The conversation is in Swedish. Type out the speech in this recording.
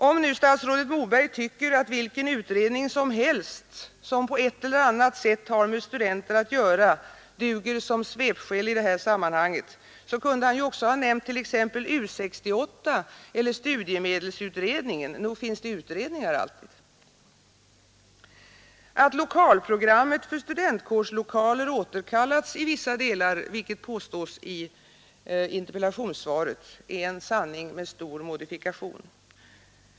Om nu statsrådet Moberg tycker att vilken utredning som helst, som på ett eller annat sätt har med studenter att göra, duger som svepskäl i det här sammanhanget, så kunde han ju också ha nämnt t.ex. U 68 eller studiemedelsutredningen. Nog finns det utredningar alltid. Att lokalprogrammet för studentkårslokaler återkallats i vissa delar, vilket påstås i interpellationssvaret, är en sanning med stor modifikation.